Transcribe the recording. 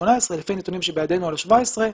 שנת 2018. לפי הנתונים שבידינו על ה-17,